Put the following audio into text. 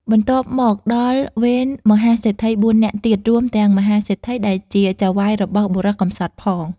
បន្ទាប់មកដល់វេនមហាសេដ្ឋី ៤ នាក់ទៀត រួមទាំងមហាសេដ្ឋីដែលជាចៅហ្វាយរបស់បុរសកំសត់ផង។